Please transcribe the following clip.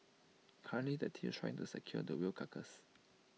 currently the team's trying to secure the whale carcass